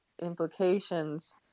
implications